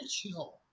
chill